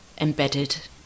embedded